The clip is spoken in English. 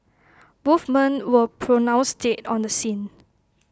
both men were pronounced dead on the scene